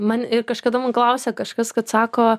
man ir kažkada man klausė kažkas kad sako